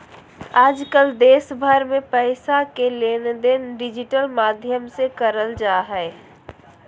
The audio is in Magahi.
आजकल देश भर मे पैसा के लेनदेन डिजिटल माध्यम से करल जा हय